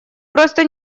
просто